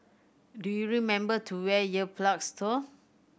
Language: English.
do you remember to wear ear plugs though